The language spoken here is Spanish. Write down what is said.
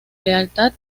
lealtad